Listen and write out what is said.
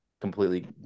completely